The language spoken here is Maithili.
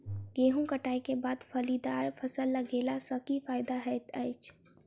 गेंहूँ कटाई केँ बाद फलीदार फसल लगेला सँ की फायदा हएत अछि?